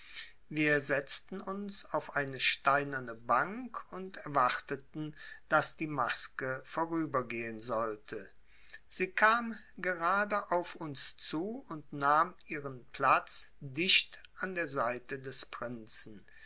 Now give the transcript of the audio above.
wir setzten uns auf eine steinerne bank und erwarteten daß die maske vorübergehen sollte sie kam gerade auf uns zu und nahm ihren platz dicht an der seite des prinzen